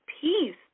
peace